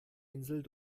insel